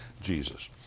Jesus